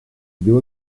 diu